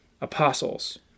Apostles